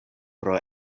pro